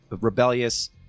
rebellious